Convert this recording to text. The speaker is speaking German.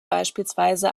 beispielsweise